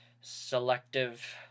selective